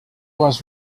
was